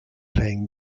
playing